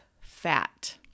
fat